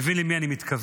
מבין למי אני מתכוון.